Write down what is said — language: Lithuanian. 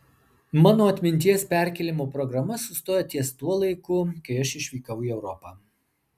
mano atminties perkėlimo programa sustoja ties tuo laiku kai aš išvykau į europą